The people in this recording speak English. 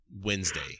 Wednesday